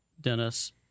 Dennis